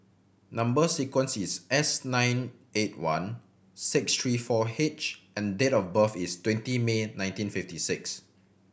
number sequence is S nine eight one six three four H and date of birth is twenty May nineteen fifty six